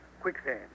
Quicksand